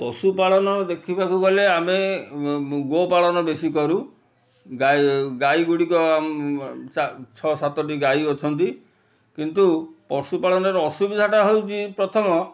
ପଶୁ ପାଳନ ଦେଖିବାକୁ ଗଲେ ଆମେ ଗୋପାଳନ ବେଶୀ କରୁ ଗାଈ ଗାଈଗୁଡ଼ିକ ଛଅ ସାତଟି ଗାଈ ଅଛନ୍ତି କିନ୍ତୁ ପଶୁ ପାଳନର ଅସୁବିଧାଟା ହେଉଛି ପ୍ରଥମ